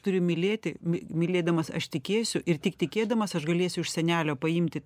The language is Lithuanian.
turiu mylėti my mylėdamas aš tikėsiu ir tik tikėdamas aš galėsiu iš senelio paimti